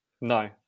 No